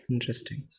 Interesting